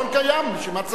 העיקרון קיים, בשביל מה צריך?